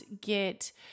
get